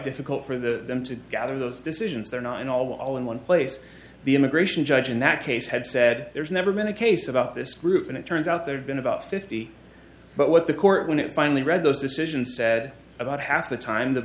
difficult for the them to gather those decisions they're not all in one place the immigration judge in that case had said there's never been a case about this group and it turns out there had been about fifty but what the court when it finally read those decisions said about half the time th